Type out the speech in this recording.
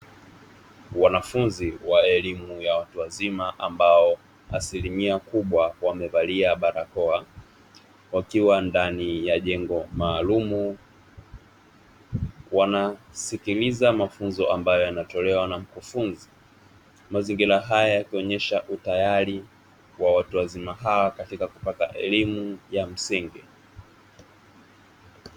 Wanafunzi wa elimu ya watu wazima ambao asilimia kubwa wamevalia barakoa wakiwa ndani ya jengo maalumu, wanao sikiliza mafunzo ambayo yanatolewa na mkufunzi mazingira haya kuonyesha utayari wa watu wazima hawa katika kupata elimu ya msingi.